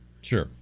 Sure